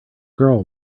girl